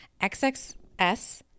XXS